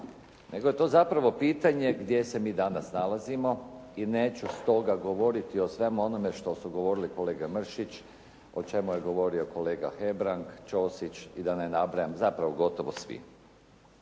nego je to zapravo pitanje gdje se mi danas nalazimo i neću stoga govoriti o svemu onome što su govorili kolege Mršić, o čemu je govorio kolega Hebrang, Ćosić i da ne nabrajam, zapravo gotovo svi.